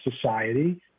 society